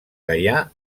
gaià